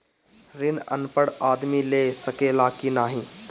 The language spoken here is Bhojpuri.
ऋण अनपढ़ आदमी ले सके ला की नाहीं?